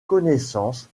connaissances